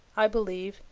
i believe,